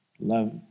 Love